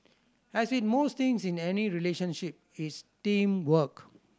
as with most things in any relationship it's teamwork